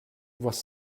was